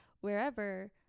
wherever